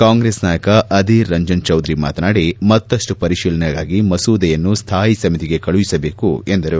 ಕಾಂಗ್ರೆಸ್ ನಾಯಕ ಅಧಿರ್ ರಂಜನ್ ಚೌದರಿ ಮಾತನಾಡಿ ಮತ್ತಷ್ಟು ಪರಿಶೀಲನೆಗಾಗಿ ಮಸೂದೆಯನ್ನು ಸ್ಥಾಯಿ ಸಮಿತಿಗೆ ಕಳುಹಿಸಬೇಕು ಎಂದರು